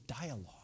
dialogue